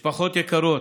משפחות יקרות,